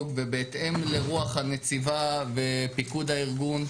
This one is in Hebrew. ובהתאם לרוח הנציבה ופיקוד הארגון,